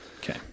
Okay